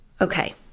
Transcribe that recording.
Okay